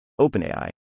OpenAI